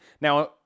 Now